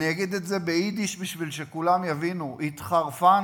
אני אגיד את זה ביידיש כדי שכולם יבינו: התחרפנתם.